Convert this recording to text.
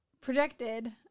projected